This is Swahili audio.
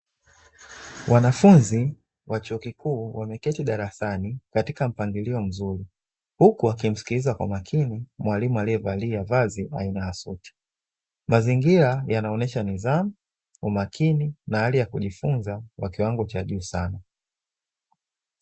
Wanafunzi wa chuo kikuu wameketi darasani katika mpangilio mzuri, huku wakimsikiliza kwa makini mwalimu aliyevalia vazi la aina ya suti. Mazingira yanaonesha nidhamu, umakini na hali ya kujifunza kwa kiwango cha juu sana.